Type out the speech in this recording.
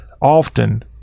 often